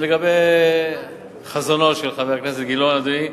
ולגבי חזונו של חבר הכנסת גילאון, אדוני,